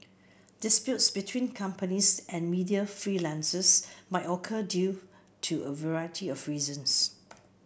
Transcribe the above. disputes between companies and media freelancers might occur due to a variety of reasons